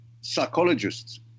psychologists